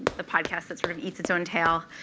the podcast that sort of eats its own tail.